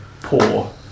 poor